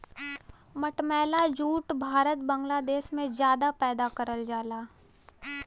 मटमैला जूट भारत बांग्लादेश में जादा पैदा करल जाला